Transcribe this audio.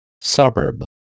Suburb